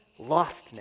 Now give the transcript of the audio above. lostness